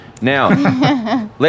Now